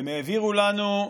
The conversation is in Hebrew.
והם העבירו לנו,